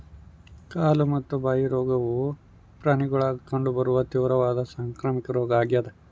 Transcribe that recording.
ಕಾಲು ಮತ್ತು ಬಾಯಿ ರೋಗವು ಪ್ರಾಣಿಗುಳಾಗ ಕಂಡು ಬರುವ ತೀವ್ರವಾದ ಸಾಂಕ್ರಾಮಿಕ ರೋಗ ಆಗ್ಯಾದ